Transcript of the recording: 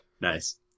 Nice